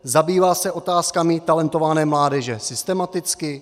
Zabývá se otázkami talentované mládeže systematicky?